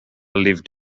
lived